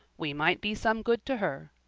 we might be some good to her,